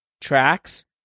tracks